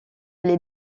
les